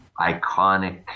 iconic